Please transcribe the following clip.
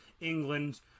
England